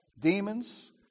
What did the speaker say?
demons